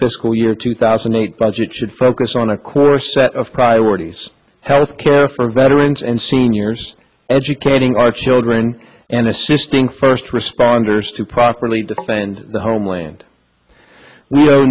fiscal year two thousand and eight budget should focus on a core set of priorities health care for veterans and seniors educating our children and assisting first responders to properly defend the homeland